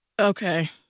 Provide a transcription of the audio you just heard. Okay